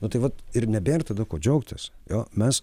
nu tai vat ir nebėr tada ko džiaugtis jo mes